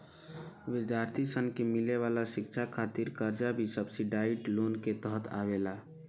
विद्यार्थी सन के मिले वाला शिक्षा खातिर कर्जा भी सब्सिडाइज्ड लोन के तहत आवेला